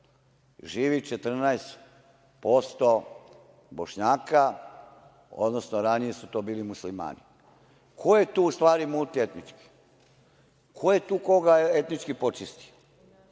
živi 14% Bošnjaka, odnosno ranije su to bili Muslimani. Ko je tu u stvari multietnički? Ko je tu koga etnički počistio?